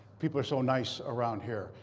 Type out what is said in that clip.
people are so nice around here.